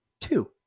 Two